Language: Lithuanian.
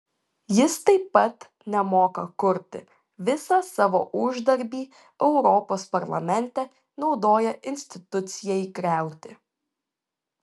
jis taip pat nemoka kurti visą savo uždarbį europos parlamente naudoja institucijai griauti